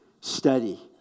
study